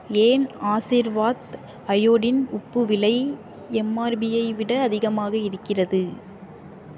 ஏன் ஆஷிர்வாத் அயோடின் உப்பு விலை எம்ஆர்பியை விட அதிகமாக இருக்கிறது